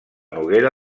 noguera